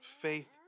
faith